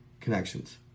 connections